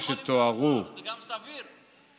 שתוארו